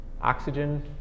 oxygen